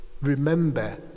Remember